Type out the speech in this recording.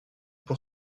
pour